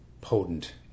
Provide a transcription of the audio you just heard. potent